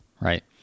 right